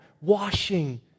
washing